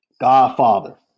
Godfather